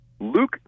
Luke